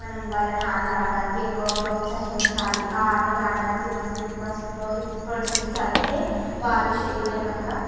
మనం వాళ్ళని ఆటలు ఆడ్డానికే ఎక్కువ ప్రోత్సహించాలి ఆ ఆటలు ఆడ్డానికే ఎందుకు ఎక్కువ ప్రోత్సహించాలి అంటే వాళ్ళు శరీరకంగా